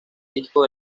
disco